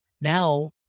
now